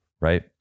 right